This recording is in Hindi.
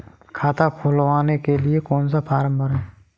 खाता खुलवाने के लिए कौन सा फॉर्म भरें?